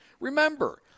Remember